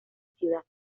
ciudad